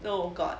no god